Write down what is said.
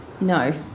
no